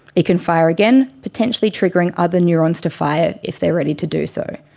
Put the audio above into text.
it can fire again, potentially triggering other neurons to fire if they're ready to do so.